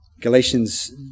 Galatians